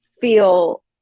feel